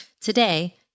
today